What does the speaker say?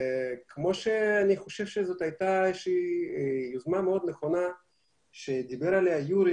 אני חושב שזאת הייתה יוזמה מאוד נכונה שדיבר עליה יורי,